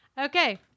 Okay